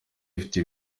ifite